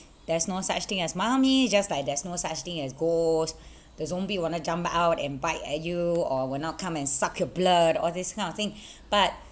there's no such thing as mummy just like there's no such thing as ghost the zombie wanna jump out and bite at you or will now come and suck your blood all this kind of thing but